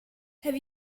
have